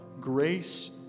grace